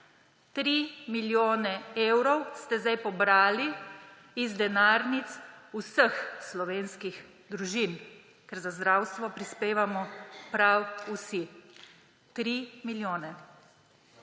3 milijone evrov ste sedaj pobrali iz denarnic vseh slovenskih družin, ker za zdravstvo prispevamo prav vsi. 3 milijone.